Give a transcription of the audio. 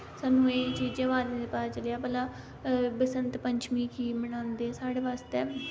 स्हानू एह् चीजें दे बारे च पता चलेआ भला बसंत पंचमी की मनांदे साढ़े बास्तै